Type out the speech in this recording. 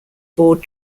board